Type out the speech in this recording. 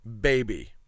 baby